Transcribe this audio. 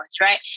right